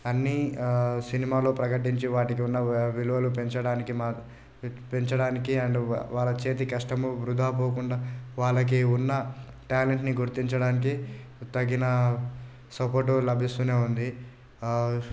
అన్ని సినిమాల్లో ప్రకటించి వాటికి ఉన్న విలువలు పెంచడానికి మా పెంచడానికి అండ్ వా వాళ్ళ చేతి కష్టము వృధా పోకుండా వాళ్ళకి ఉన్న టాలెంట్ని గుర్తించడానికి తగిన సపోర్టు లభిస్తూనే ఉంది